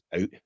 out